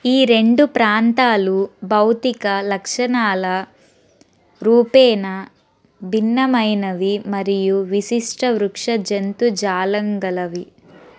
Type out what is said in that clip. ఈ రెండు ప్రాంతాలు భౌతిక లక్షణాల రూపేణ భిన్నమైనవి మరియు విశిష్ట వృక్ష జంతుజాలం గలవి